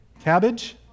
Cabbage